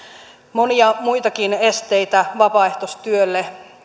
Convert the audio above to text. monia muitakin esteitä vapaaehtoistyölle